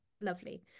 lovely